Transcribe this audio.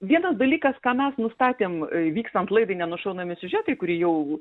vienas dalykas ką mes nustatėm vykstant laidai nenušaunami siužetai kuri jau